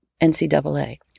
NCAA